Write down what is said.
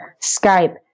Skype